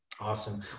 Awesome